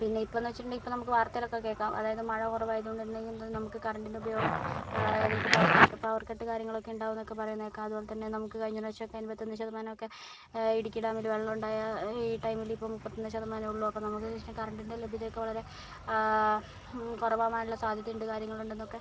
പിന്നെ ഇപ്പോഴെന്ന് വെച്ചിട്ടുണ്ടെങ്കിൽ ഇപ്പോൾ വാർത്തയിലൊക്കെ കേൾക്കാം അതായത് മഴ കുറവായതുകൊണ്ട് തന്നെ നമുക്ക് കറണ്ടിൻ്റെ ഉപയോഗം അതായത് നമുക്ക് പവർ ബട്ട് പവർ കട്ട് കാര്യങ്ങളൊക്കെ ഉണ്ടാകുമെന്നൊക്കെ പറയുന്നത് കേൾക്കാം അതുപോലെത്തന്നെ നമുക്ക് കഴിഞ്ഞ പ്രാവശ്യമൊക്കെ അമ്പത്തൊന്നു ശതമാനമൊക്കെ ഇടുക്കി ഡാമിൽ വെള്ളമുണ്ടായ ടൈമിൽ ഇപ്പോൾ മുപ്പത്തൊന്ന് ശതമാനമേയുള്ളൂ അപ്പോൾ നമുക്ക് കറണ്ടിൻ്റെ ലഭ്യതയൊക്കെ വളരെ കുറവാകാനുള്ള സാദ്ധ്യത ഉണ്ട് കാര്യങ്ങളുണ്ടെന്നൊക്കെ